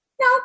No